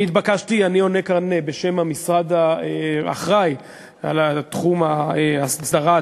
אני עונה כאן בשם המשרד האחראי לתחום הסדרת